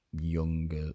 younger